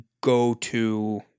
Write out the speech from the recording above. go-to